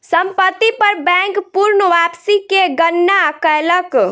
संपत्ति पर बैंक पूर्ण वापसी के गणना कयलक